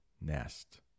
nest